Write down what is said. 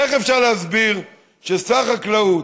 איך אפשר להסביר ששר החקלאות,